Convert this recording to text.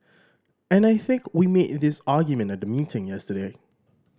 and I think we made this argument at the meeting yesterday